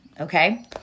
okay